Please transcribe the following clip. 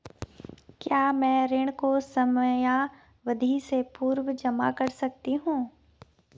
क्या मैं ऋण को समयावधि से पूर्व जमा कर सकती हूँ?